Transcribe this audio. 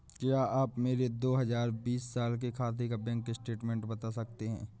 क्या आप मेरे दो हजार बीस साल के खाते का बैंक स्टेटमेंट बता सकते हैं?